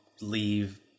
leave